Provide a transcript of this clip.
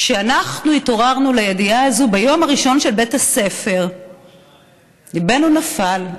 כשאנחנו התעוררנו לידיעה הזאת ביום הראשון של בית הספר ליבנו נפל.